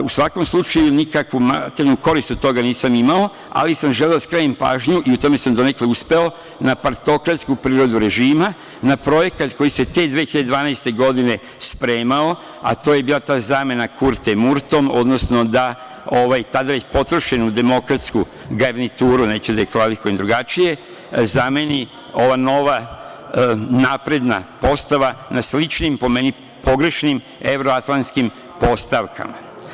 U svakom slučaju nikakvu korist od toga nisam imao, ali sam želeo da skrenem pažnju i u tome sam donekle uspeo, na partokratsku prirodu režimu, na projekat koji se te 2012. godine spremao, a to je bila ta zamena Kurte Murtom, odnosno da tada već potrošenu demokratsku garnituru, neće da je kvalifikujem drugačije, zameni ova nova napredna postava, na sličnim, po meni pogrešnim evroatlantskim postavkama.